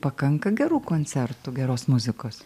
pakanka gerų koncertų geros muzikos